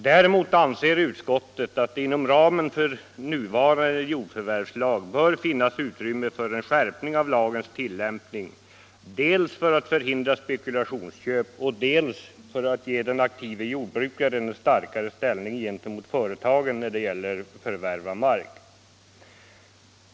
Däremot anser utskottet att det inom ramen för nuvarande jordförvärvslag bör finnas utrymme för en skärpt tillämpning dels för att hindra spekulationsköp, dels för att ge den aktive jordbrukaren en starkare ställning gentemot företagen när det gäller förvärv av mark.